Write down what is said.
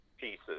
pieces